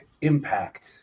Impact